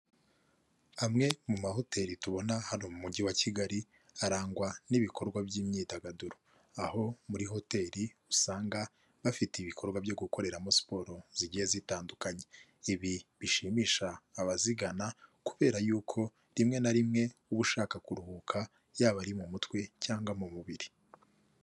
Amwe mu mahoteri tubona hano mu mujyi wa Kigali arangwa n'ibikorwa by'imyidagaduro, aho muri hoteri usanga bafite ibikorwa byo gukoreramo siporo zigiye zitandukanye, ibi bishimisha abazigana kubera y'uko rimwe na rimwe uba ushaka kuruhuka yaba ari mu mutwe cyangwa mu mubiri.